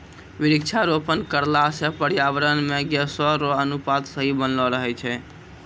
वृक्षारोपण करला से पर्यावरण मे गैसो रो अनुपात सही बनलो रहै छै